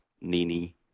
nini